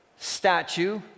statue